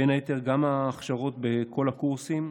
בין היתר, גם בהכשרות בכל הקורסים.